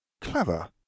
Clever